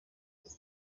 ati